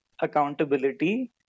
accountability